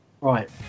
Right